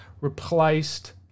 replaced